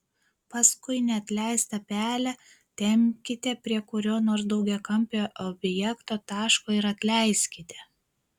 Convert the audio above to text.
paskui neatleistą pelę tempkite prie kurio nors daugiakampio objekto taško ir atleiskite